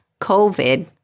COVID